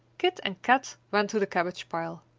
kit and kat ran to the cabbage-pile.